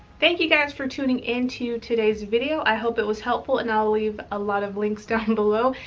thank you guys for tuning into today's video. i hope it was helpful, and i'll leave a lot of links down below.